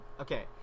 Okay